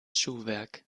schuhwerk